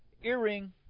Earring